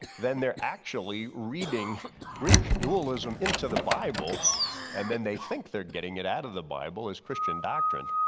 then they're actually reading greek dualism into the bible and then they think they're getting it out of the bible as christian doctrine.